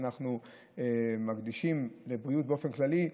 שאנחנו מקדישים לבריאות באופן כללי.